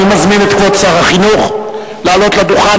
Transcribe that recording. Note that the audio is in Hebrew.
אני מזמין את כבוד שר החינוך לעלות לדוכן